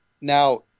now